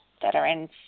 Veteran's